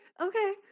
Okay